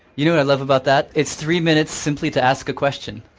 you know what i love about that? it's three minutes simply to ask a question,